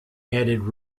added